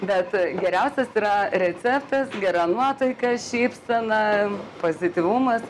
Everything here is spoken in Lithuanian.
bet geriausias yra receptas gera nuotaika šypsena pozityvumas